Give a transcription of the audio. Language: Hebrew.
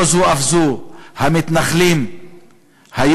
לא זו אף זו: המתנחלים היום,